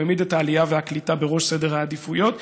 הוא העמיד את העלייה והקליטה בראש סדר העדיפויות.